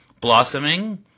blossoming